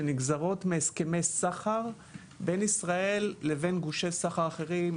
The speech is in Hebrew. שנגזרות מהסכמי סחר בין ישראל לבין גושי סחר אחרים,